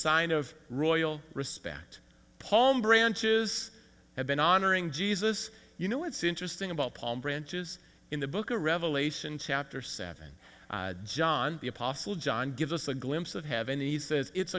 sign of royal respect palm branches have been honoring jesus you know it's interesting about palm branches in the book of revelation chapter seven john the apostle john give us a glimpse of have any says it's